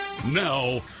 Now